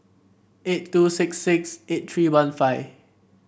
eight two six six eight three one five